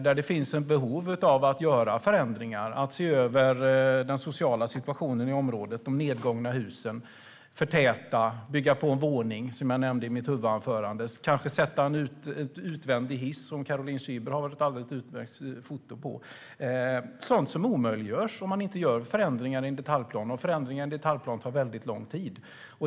Det kan finnas behov av förändringar, av att man ser över den sociala situationen i området och de nedgångna husen, av att man förtätar, bygger på en våning - som jag nämnde i mitt anförande - och kanske sätter en utvändig hiss, vilket Caroline Szyber har ett alldeles utmärkt foto på. Sådant omöjliggörs om förändringar i en detaljplan inte görs. Och att göra förändringar i en detaljplan tar lång tid.